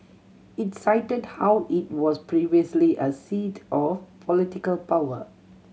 it cited how it was previously a seat of political power